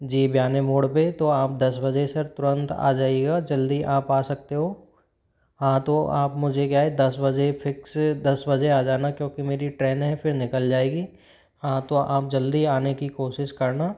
जी बियाने मोड़ पे तो आप दस बजे सर तुरंत आ जाइएगा जल्दी आप आ सकते हो हाँ तो आप मुझे क्या है दस बजे फ़िक्स दस बजे आ जाना क्योंकि मेरी ट्रैन है फिर निकल जाएगी हाँ तो आप जल्दी आने की कोशिश करना